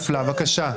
ההסתייגות נפלה, בבקשה.